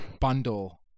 bundle